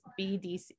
bdc